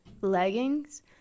leggings